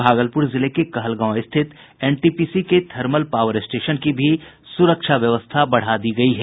भागलपुर जिले के कहलगांव स्थित एनटीपीसी के थर्मल पावर स्टेशन की भी सुरक्षा व्यवस्था बढ़ा दी गयी है